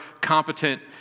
competent